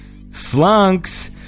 Slunks